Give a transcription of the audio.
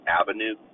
Avenue